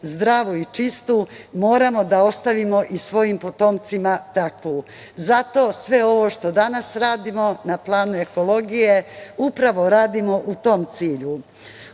zdravu i čistu moramo da ostavimo i svojim potomcima takvu. Zato sve ovo što danas radimo na planu ekologije upravo radimo u tom cilju. Kada